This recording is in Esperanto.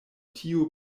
tiu